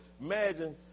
imagine